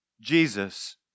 Jesus